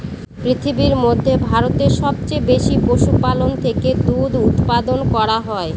পৃথিবীর মধ্যে ভারতে সবচেয়ে বেশি পশুপালন থেকে দুধ উপাদান করা হয়